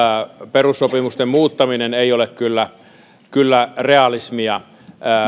perussopimusten muuttaminen ei ole realismia